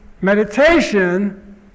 meditation